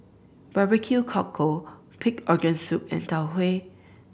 barbecue cockle pig organ soup and Tau Huay